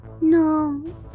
No